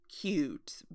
cute